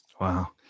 Wow